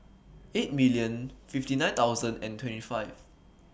eight million fifty nine thousand and twenty five